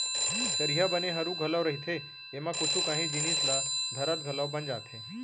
चरिहा बने हरू घलौ रहिथे, एमा कुछु कांही जिनिस ल धरत घलौ बन जाथे